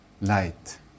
light